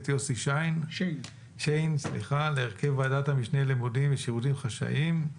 יוסי שיין לוועדת המשנה למודיעין ושירותים חשאיים.